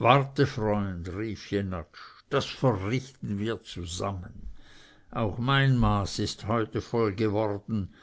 warte freund rief jenatsch das verrichten wir zusammen auch mein maß ist heute voll geworden